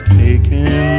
taken